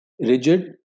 rigid